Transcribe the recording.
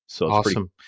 Awesome